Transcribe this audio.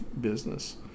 business